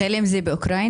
חלם זה באוקראינה?